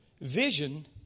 Vision